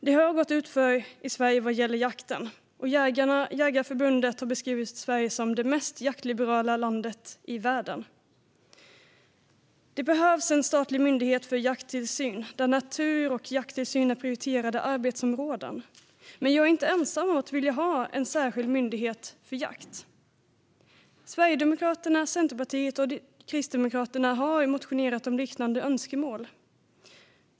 Det har gått utför i Sverige vad gäller jakten. Jägarförbundet har beskrivit Sverige som det mest jaktliberala landet i världen. Det behövs en statlig myndighet för jakttillsyn, där natur och jakttillsyn är prioriterade arbetsområden. Men jag är inte ensam om att vilja ha en särskild myndighet för jakt. Sverigedemokraterna, Centerpartiet och Kristdemokraterna har motionerat om liknande önskemål.